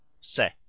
se